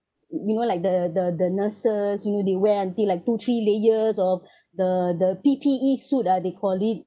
mm you know like the the the nurses you know they wear until like two three layers of the the P_P_E suit ah they call it